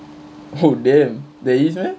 oh damn there is meh